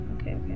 Okay